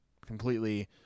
completely